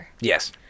yes